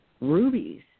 rubies